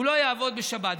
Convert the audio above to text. הוא לא יעבוד בשבת.